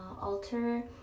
alter